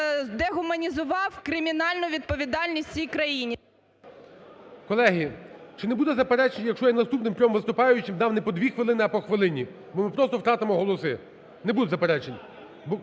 дегуманізував кримінальну відповідальність в цій країні. ГОЛОВУЮЧИЙ. Колеги, чи не буде заперечень, якщо я наступним трьом виступаючим дам не по 2 хвилини, а по хвилині, бо ми просто втратимо голоси? Не буде заперечень.